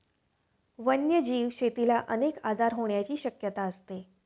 वन्यजीव शेतीला अनेक आजार होण्याची शक्यता असते